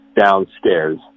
downstairs